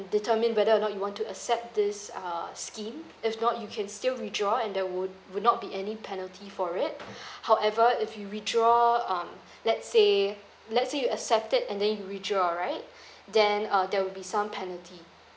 determine whether or not you want to accept this uh scheme if not you can still withdraw and there wou~ would not be any penalty for it however if you withdraw um let's say let's say you accept it and then you withdraw right then uh there will be some penalty